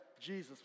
jesus